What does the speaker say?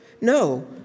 No